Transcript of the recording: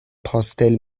پاستل